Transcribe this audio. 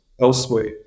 elsewhere